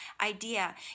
idea